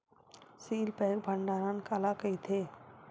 Seal pack भंडारण काला कइथे?